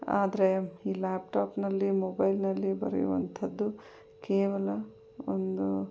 ಆದರೆ ಈ ಲ್ಯಾಪ್ಟಾಪ್ನಲ್ಲಿ ಮೊಬೈಲ್ನಲ್ಲಿ ಬರೆಯುವಂಥದ್ದು ಕೇವಲ ಒಂದು